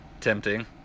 Tempting